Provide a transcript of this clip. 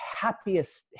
happiest